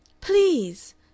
Please